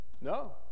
No